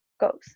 goes